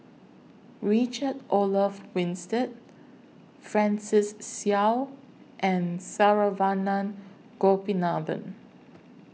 Richard Olaf Winstedt Francis Seow and Saravanan Gopinathan